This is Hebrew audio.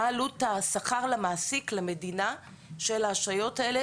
מה עלות השכר, למעסיק, למדינה של האשליות האלה?